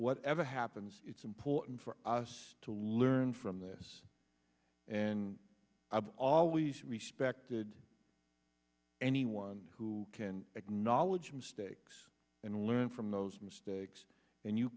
whatever happens it's important for us to learn from this and i've always respected anyone who can acknowledge mistakes and learn from those mistakes and you